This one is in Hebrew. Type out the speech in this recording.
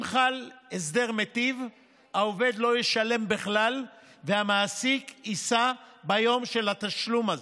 אם חל הסדר מיטיב העובד לא ישלם בכלל והמעסיק יישא ביום של התשלום הזה,